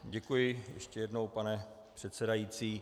Děkuji ještě jednou, pane předsedající.